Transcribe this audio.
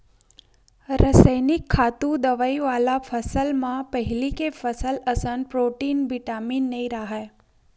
रसइनिक खातू, दवई वाला फसल म पहिली के फसल असन प्रोटीन, बिटामिन नइ राहय